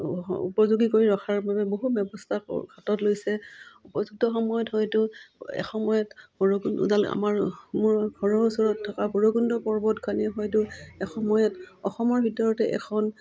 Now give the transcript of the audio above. উপযোগী কৰি ৰখাৰ বাবে বহু ব্যৱস্থা হাতত লৈছে উপযুক্ত সময়ত হয়তো এসময়ত ভৈৰৱকুণ্ড আমাৰ মোৰ ঘৰৰ ওচৰত থকা ভৈৰৱকুণ্ড পৰ্বতখনেই হয়তো এসময়ত অসমৰ ভিতৰতে এখন